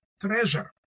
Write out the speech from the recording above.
treasure